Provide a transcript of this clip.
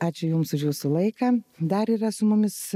ačiū jums už jūsų laiką dar yra su mumis